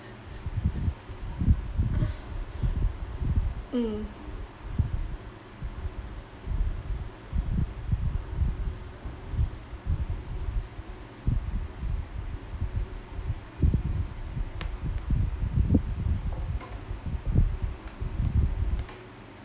mm